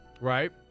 right